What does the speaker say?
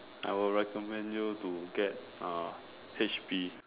I will recommend you to get uh H_P